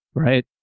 Right